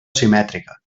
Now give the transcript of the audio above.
simètrica